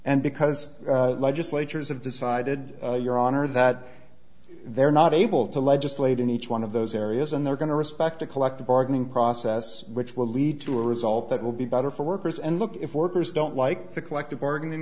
and because legislatures have decided your honor that they're not able to legislate in each one of those areas and they're going to respect a collective bargaining process which will lead to a result that will be better for workers and looking workers don't like the collective bargaining